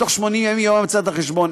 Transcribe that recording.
בתוך 80 ימים מיום המצאת החשבון.